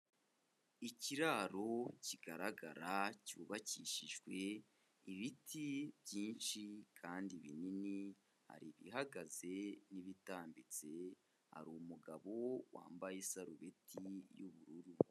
Ikiraro kigaragara cyubakishijwe ibiti byinshi kandi binini, hari ibihagaze n'ibitambitse, hari umugabo wambaye isarubeti y'ubururu.